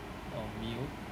err meal